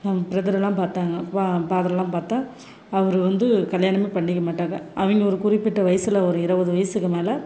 பிரதரெல்லாம் பார்த்தாங்க பா ஃபாதரெல்லாம் பார்த்தா அவர் வந்து கல்யாணமே பண்ணிக்க மாட்டாங்க அவங்க ஒரு குறிப்பிட்ட வயசில் ஒரு இருவது வயசுக்கு மேல்